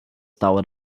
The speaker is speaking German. dauert